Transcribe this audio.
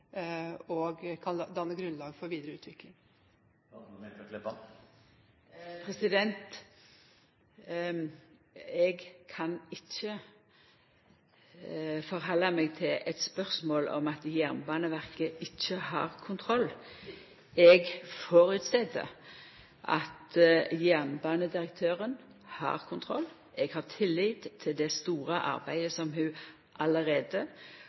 og tilgjengelige, slik at de kan danne grunnlag for videre utvikling? Eg kan ikkje ta stilling til eit spørsmål som gjeld at Jernbaneverket ikkje har kontroll. Eg føreset at jernbanedirektøren har kontroll. Eg har tillit til det store arbeidet som ho allereie